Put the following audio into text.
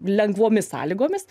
lengvomis sąlygomis